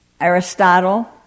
Aristotle